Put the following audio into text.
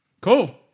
Cool